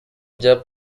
bya